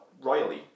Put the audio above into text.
royally